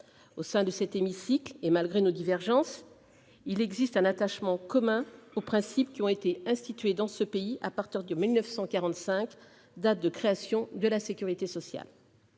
Au sein de cet hémicycle, et malgré nos divergences, il existe un attachement commun aux principes qui ont été institués dans ce pays à partir de 1945, date de création de la sécurité sociale.